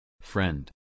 Friend